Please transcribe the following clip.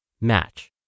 match